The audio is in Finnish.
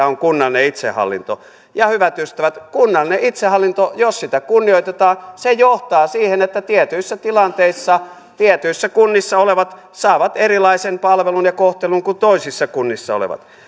on kunnallinen itsehallinto hyvät ystävät kunnallinen itsehallinto jos sitä kunnioitetaan johtaa siihen että tietyissä tilanteissa tietyissä kunnissa olevat saavat erilaisen palvelun ja kohtelun kuin toisissa kunnissa olevat